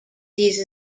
these